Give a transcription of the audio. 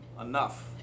enough